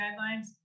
guidelines